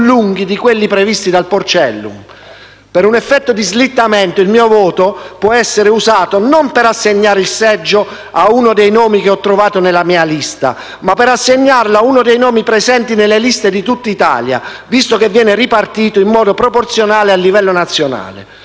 lunghi di quelli previsti dal Porcellum. Per un effetto di slittamento, il mio voto può essere usato non per assegnare il seggio a uno dei nomi che ho trovato nella mia lista, ma per assegnarlo a uno dei nomi presenti nelle liste di tutta Italia, visto che viene ripartito in modo proporzionale a livello nazionale.